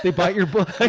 they buy your book.